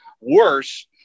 worse